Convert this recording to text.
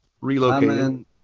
relocated